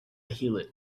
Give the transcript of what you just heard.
heelot